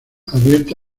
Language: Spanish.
advierte